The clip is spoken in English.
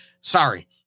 sorry